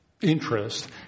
Interest